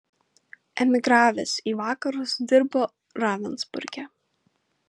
emigravęs į vakarus dirbo ravensburge